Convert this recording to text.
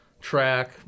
track